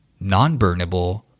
non-burnable